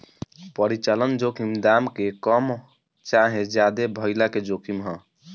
परिचालन जोखिम दाम के कम चाहे ज्यादे भाइला के जोखिम ह